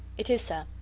it is, sir.